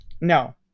No